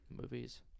Movies